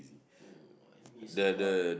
oh I miss a lot